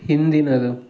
ಹಿಂದಿನದು